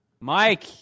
Mike